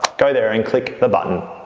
go there and click the button.